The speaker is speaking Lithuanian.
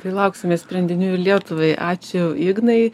tai lauksime sprendinių ir lietuvai ačiū ignai